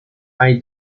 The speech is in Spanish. hay